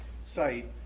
site